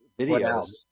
videos